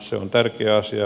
se on tärkeä asia